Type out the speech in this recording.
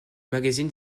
magazine